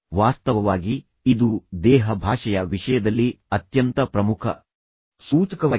ವಾಸ್ತವವಾಗಿ ಇದು ದೇಹ ಭಾಷೆಯ ವಿಷಯದಲ್ಲಿ ಅತ್ಯಂತ ಪ್ರಮುಖ ಸೂಚಕವಾಗಿದೆ